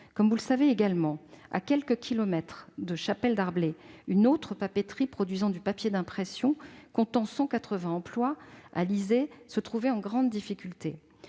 Comme vous le savez également, à quelques kilomètres de Chapelle Darblay, une autre papeterie produisant du papier d'impression et comptant 180 emplois, Alizay, se trouvait en grande difficulté.